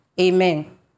Amen